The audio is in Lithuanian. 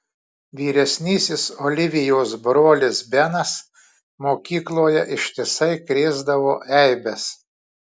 vyresnysis olivijos brolis benas mokykloje ištisai krėsdavo eibes